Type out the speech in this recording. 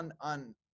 on